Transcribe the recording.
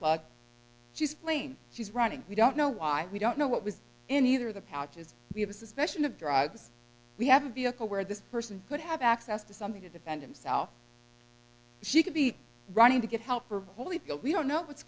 plug just plain she's running we don't know why we don't know what was in either the patches we have a suspension of drugs we have a vehicle where this person could have access to something to defend himself she could be running to get help for holyfield we don't know what's